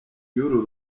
ry’uru